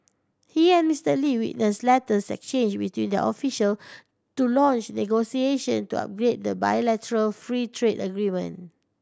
he and Mister Lee witnessed letters exchanged between their official to launch negotiation to upgrade the bilateral free trade agreement